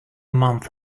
month